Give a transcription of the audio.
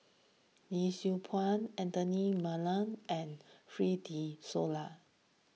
Yee Siew Pun Anthony Miller and Fred De Souza